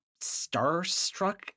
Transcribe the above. starstruck